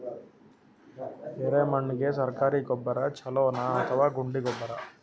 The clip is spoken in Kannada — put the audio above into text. ಎರೆಮಣ್ ಗೆ ಸರ್ಕಾರಿ ಗೊಬ್ಬರ ಛೂಲೊ ನಾ ಅಥವಾ ಗುಂಡಿ ಗೊಬ್ಬರ?